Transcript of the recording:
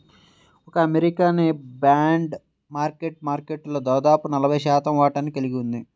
ఒక్క అమెరికానే bond market మార్కెట్లో దాదాపు నలభై శాతం వాటాని కలిగి ఉంది